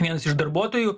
vienas iš darbuotojų